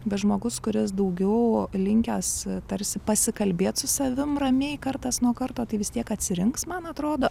bet žmogus kuris daugiau linkęs tarsi pasikalbėt su savim ramiai kartas nuo karto tai vis tiek atsirinks man atrodo